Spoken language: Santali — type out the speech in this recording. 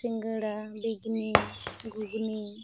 ᱥᱤᱸᱜᱟᱹᱲᱟ ᱵᱮᱜᱱᱤ ᱜᱷᱩᱜᱱᱤ